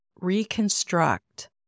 reconstruct